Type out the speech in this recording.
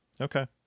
Okay